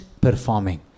performing